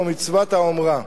או מצוות העומרה,